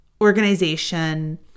organization